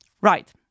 right